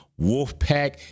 Wolfpack